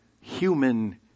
human